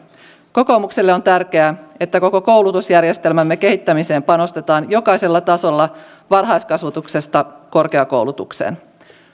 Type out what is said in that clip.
kokoomukselle on tärkeää että koko koulutusjärjestelmämme kehittämiseen panostetaan jokaisella tasolla varhaiskasvatuksesta korkeakoulutukseen